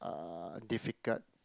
uh difficult